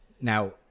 Now